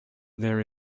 there